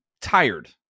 tired